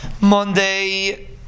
Monday